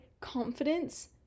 confidence